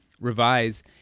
revise